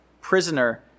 prisoner